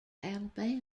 alabama